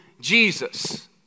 Jesus